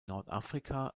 nordafrika